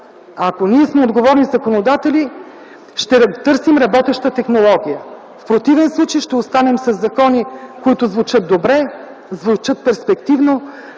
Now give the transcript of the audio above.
Ако ние сме отговорни законодатели, ще търсим работеща технология. В противен случай ще останем със закони, които звучат добре, звучат перспективно,